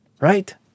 Right